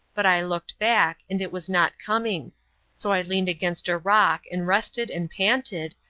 but i looked back, and it was not coming so i leaned against a rock and rested and panted,